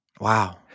Wow